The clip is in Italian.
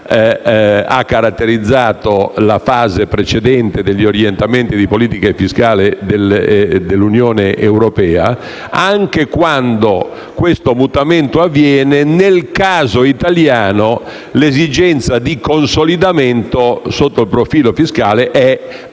ha caratterizzato la fase precedente degli orientamenti di politica fiscale dell'Unione europea. Quindi, anche quando questo mutamento avviene, nel caso italiano, l'esigenza di consolidamento, sotto il profilo fiscale, è